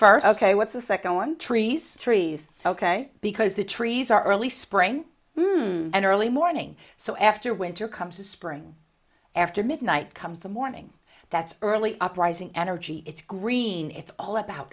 first ok what's the second one trees trees ok because the trees are early spring and early morning so after winter comes the spring after midnight comes the morning that's early uprising energy it's green it's all about